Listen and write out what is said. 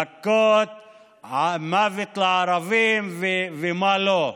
"מוות לערבים" ומה לא.